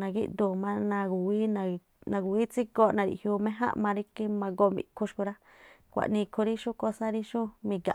nagi̱̱ꞌduu má na̱gu̱wíí nagúwíí tsígooꞌ nariꞌjiuu méjánꞌ ma rí ki ma̱goo mi̱ꞌkhu xku̱ rá. Xkuaꞌnii ikhu ríxu kósá rí miga̱ꞌ.